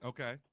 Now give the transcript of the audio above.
Okay